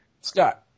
Scott